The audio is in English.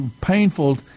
painful